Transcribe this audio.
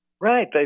Right